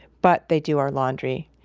but they do our laundry.